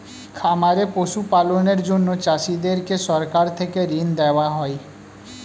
খামারে পশু পালনের জন্য চাষীদেরকে সরকার থেকে ঋণ দেওয়া হয়